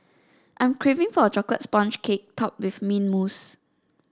I am craving for a chocolate sponge cake topped with mint mousse